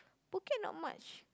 Phuket not much